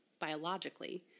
biologically